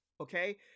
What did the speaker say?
Okay